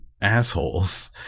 assholes